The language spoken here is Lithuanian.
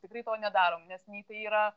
tikrai to nedarom nes nei tai yra